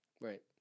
Right